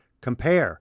compare